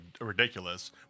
ridiculous